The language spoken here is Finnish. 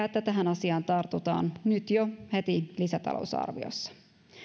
että tähän asiaan tartutaan nyt jo heti lisätalousarviossa